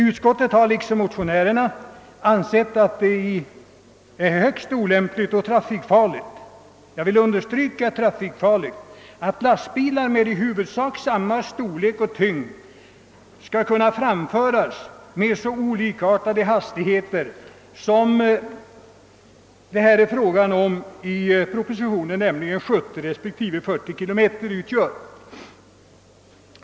Utskottet har liksom motionärerna ansett att det är högst olämpligt och trafikfarligt — jag vill understryka trafikfaran — att lastbilar med i huvudsak samma storlek och tyngd skall framföras med så skilda hastigheter som det är fråga om i propositionen, nämligen 40 respektive 70 km i timmen.